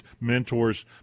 mentors